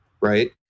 right